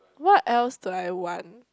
what else do I want